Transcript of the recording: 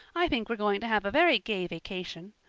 i think we're going to have a very gay vacation.